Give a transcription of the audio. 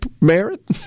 merit